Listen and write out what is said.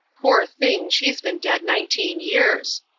poor thing, she's been dead nineteen years!